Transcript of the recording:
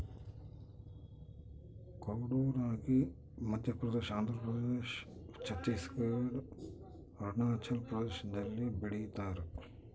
ಕೊಡೋ ರಾಗಿ ಮಧ್ಯಪ್ರದೇಶ ಆಂಧ್ರಪ್ರದೇಶ ಛತ್ತೀಸ್ ಘಡ್ ಅರುಣಾಚಲ ಪ್ರದೇಶದಲ್ಲಿ ಬೆಳಿತಾರ